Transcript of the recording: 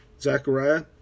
Zechariah